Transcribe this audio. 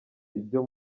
ibyo